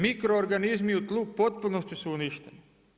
Mikro organizmi u tlu u potpunosti su uništeni.